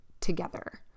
together